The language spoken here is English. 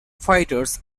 fighters